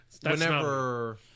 whenever